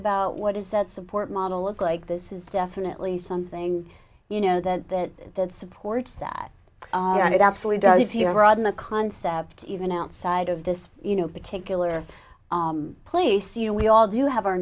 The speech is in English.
about what is that support model look like this is definitely something you know that that supports that and it absolutely does here on the concept even outside of this you know particular place you know we all do have our